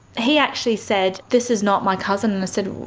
he actually said, this is not my cousin. i said,